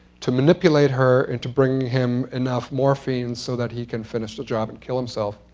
to manipulate her into bringing him enough morphine so that he can finish the job and kill himself.